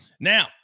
Now